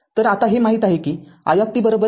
तरआता हे माहित आहे की i c dvtdt आहे